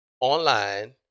online